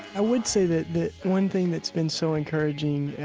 i would say that that one thing that's been so encouraging,